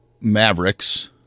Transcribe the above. Mavericks